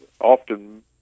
often